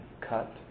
cut